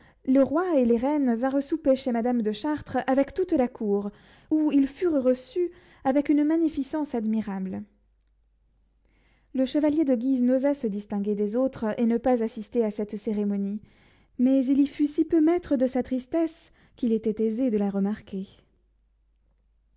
le roi et les reines vinrent souper chez madame de chartres avec toute la cour où ils furent reçus avec une magnificence admirable le chevalier de guise n'osa se distinguer des autres et ne pas assister à cette cérémonie mais il y fut si peu maître de sa tristesse qu'il était aisé de la remarquer